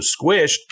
squished